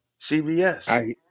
CVS